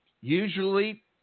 usually